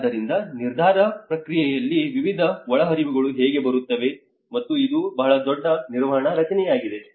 ಆದ್ದರಿಂದ ನಿರ್ಧಾರ ಪ್ರಕ್ರಿಯೆಯಲ್ಲಿ ವಿವಿಧ ಒಳಹರಿವುಗಳು ಹೇಗೆ ಬರುತ್ತವೆ ಮತ್ತು ಇದು ಬಹಳ ದೊಡ್ಡ ನಿರ್ವಹಣಾ ರಚನೆಯಾಗಿದೆ